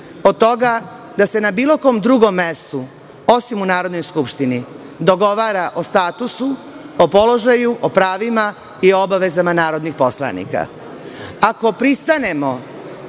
od toga da se na bilo kom drugom mestu, osim u Narodnoj skupštini, dogovara o statusu, o položaju, o pravima i obavezama narodnih poslanika.